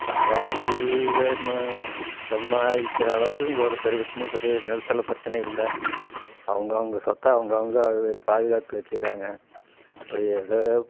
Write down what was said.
சவால்லுனு சம்பாதிக்கிற அளவுக்கு இங்கே ஒரு பெரிய பிரச்சனை பெரிய நிலத்துல பிரச்சனை இல்லை அவங்கவுங்க சொத்தை அவங்கவுங்க பாதுகாத்து வச்சுக்கிறாங்க அப்படி எதோ